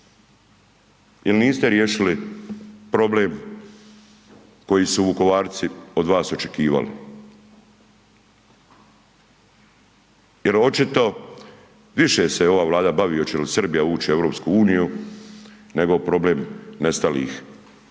jer niste riješili problem koji su Vukovarci od vas očekivali jer očito, više se ova Vlada bavi hoće li Srbija ući u EU nego problem nestalih.